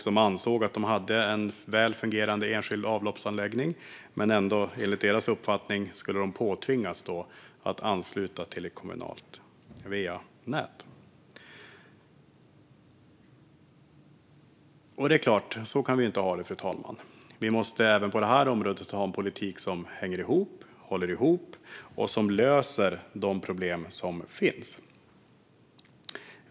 De ansåg att de hade en väl fungerande enskild avloppsanläggning. Ändå skulle de enligt deras uppfattning påtvingas att ansluta till ett kommunalt va-nät. Fru talman! Så kan vi inte ha det. Vi måste även på det här området ha en politik som hänger ihop, håller ihop och som löser de problem som finns.